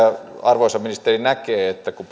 arvoisa ministeri näkee kun